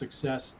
success